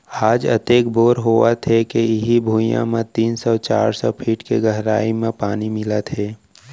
आज अतेक बोर होवत हे के इहीं भुइयां म तीन सौ चार सौ फीट के गहरई म पानी मिलत हे